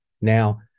Now